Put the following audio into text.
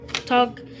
Talk